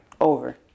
over